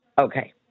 Okay